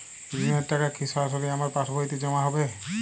ঋণের টাকা কি সরাসরি আমার পাসবইতে জমা হবে?